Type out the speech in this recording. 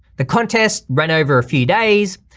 the contest ran over a few days,